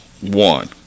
one